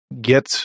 get